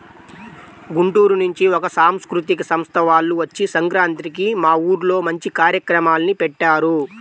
గుంటూరు నుంచి ఒక సాంస్కృతిక సంస్థ వాల్లు వచ్చి సంక్రాంతికి మా ఊర్లో మంచి కార్యక్రమాల్ని పెట్టారు